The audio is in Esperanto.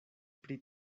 pri